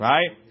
Right